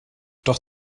doch